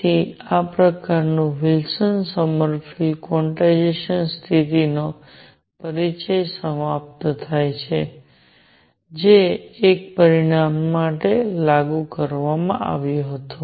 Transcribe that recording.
તેથી આ પ્રકારનું વિલ્સન સોમરફેલ્ડ ક્વોન્ટાઇઝેશન સ્થિતિનો પરિચય સમાપ્ત થાય છે જે એક પરિમાણ પર લાગુ કરવામાં આવ્યો છે